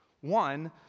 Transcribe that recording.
One